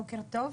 בוקר טוב.